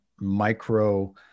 micro